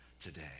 today